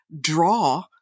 draw